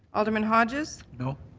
alderman hodges? you know